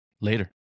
later